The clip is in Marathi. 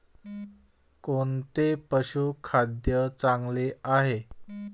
कोणते पशुखाद्य चांगले आहे?